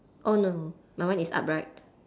oh no no my one is upright